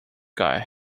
guy